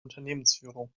unternehmensführung